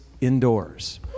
indoors